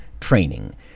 training